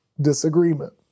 disagreement